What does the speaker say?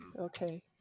Okay